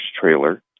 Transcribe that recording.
trailer